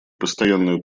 постоянную